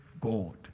God